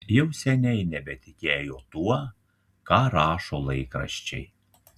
jau seniai nebetikėjo tuo ką rašo laikraščiai